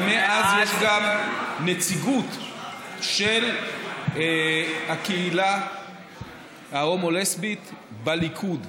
ומאז יש גם נציגות של הקהילה ההומו-לסבית בליכוד,